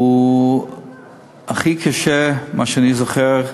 הוא הכי קשה ממה שאני זוכר,